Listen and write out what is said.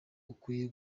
ukwiye